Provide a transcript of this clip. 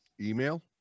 Email